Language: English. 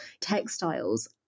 textiles